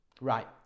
right